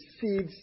seeds